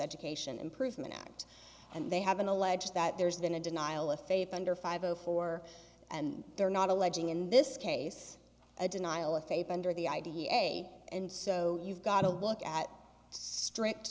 education improvement act and they haven't alleged that there's been a denial of faith under five zero four and they're not alleging in this case a denial of faith under the idea and so you've got to look at strict